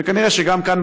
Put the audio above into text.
וכנראה שגם כאן,